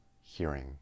hearing